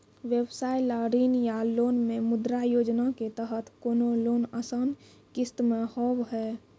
व्यवसाय ला ऋण या लोन मे मुद्रा योजना के तहत कोनो लोन आसान किस्त मे हाव हाय?